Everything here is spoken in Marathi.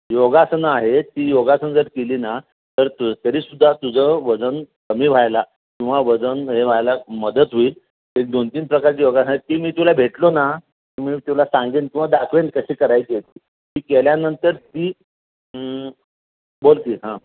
योगासनं आहे ती योगासन जर केली ना तर तू तरी सुद्धा तुझं वजन कमी व्हायला किंवा वजन हे व्हायला मदत होईल एक दोन तीन प्रकारची योगासनं आहे ती मी तुला भेटलो ना ती मी तुला सांगेन किंवा दाखवेन कशी करायची आहेत ती ती केल्यानंतर ती बोल की हां